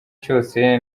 cyose